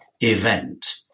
event